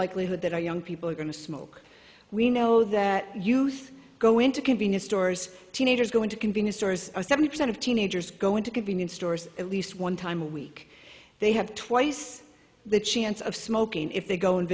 likelihood that our young people are going to smoke we know that youth go into convenience stores teenagers go into convenience stores seventy percent of teenagers go into convenience stores at least one time a week they have twice the chance of smoking if they go and